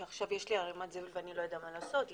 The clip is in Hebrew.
שעכשיו יש לי ערימת זבל ואני לא יודעת מה לעשות אתה.